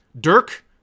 Dirk